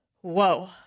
whoa